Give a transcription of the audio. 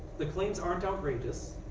the claims aren't outrageous.